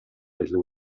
little